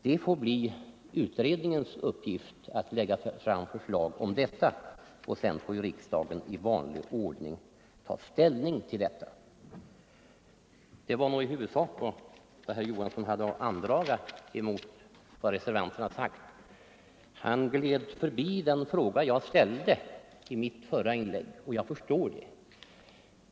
Det får bli utredningens uppgift att lägga fram förslag om detta, och sedan får ju riksdagen i vanlig ordning ta ställning. Detta var i huvudsak vad herr Johansson i Trollhättan hade att andraga mot vad vi reservanter sagt. Han gled förbi den fråga som jag ställde i mitt förra inlägg, och jag förstår det.